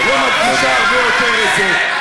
ביום חמישי האחרון ביקרתי בתחרות הרובוטיקה הישראלית,